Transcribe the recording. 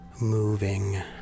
moving